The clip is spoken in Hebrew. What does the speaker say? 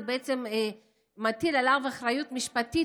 זה בעצם מטיל עליו אחריות משפטית,